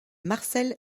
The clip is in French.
marcel